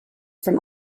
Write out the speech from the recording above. from